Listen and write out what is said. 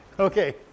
Okay